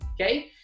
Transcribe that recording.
okay